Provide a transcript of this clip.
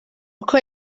uko